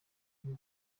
bigo